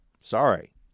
Sorry